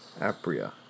Apria